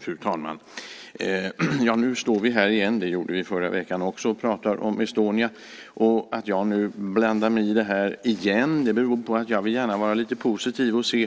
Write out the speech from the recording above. Fru talman! Nu står vi här och talar om Estonia igen; det gjorde vi förra veckan också. Att jag åter blandar mig i detta beror på att jag gärna vill vara lite positiv och se